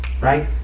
right